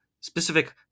specific